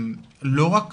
לא רק